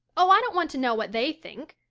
oh, i don't want to know what they think.